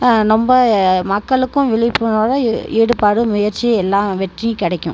நம்ம மக்களுக்கும் விழிப்புணர்வு ஈடுபாடு முயற்சி எல்லா வெற்றியும் கிடைக்கும்